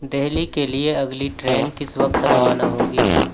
دہلی کے لیے اگلی ٹرین کس وقت روانہ ہوگی